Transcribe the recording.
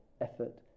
effort